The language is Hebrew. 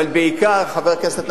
אבל בעיקר, חבר הכנסת נפאע,